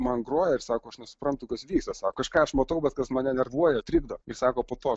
man groja ir sako aš nesuprantu kas vyksta sako kažką aš matau bet kas mane nervuoja trikdo ir sako po to